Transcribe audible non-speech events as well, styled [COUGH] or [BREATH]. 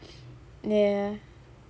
[BREATH] ya